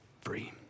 free